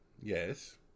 yes